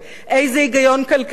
איזה היגיון כלכלי?